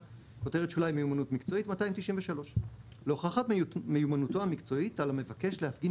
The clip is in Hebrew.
"מיומנות מקצועית 293 להוכחת מיומנותו המקצועית על המבקש להפגין